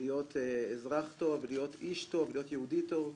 להיות אזרח טוב ולהיות איש טוב ולהיות יהודי טוב.